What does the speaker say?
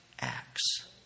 acts